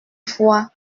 fois